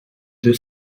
deux